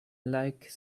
like